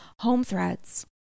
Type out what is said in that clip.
HomeThreads